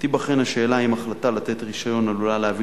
ותיבחן השאלה אם החלטה לתת רשיון עלולה להביא